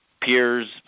peers